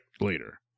later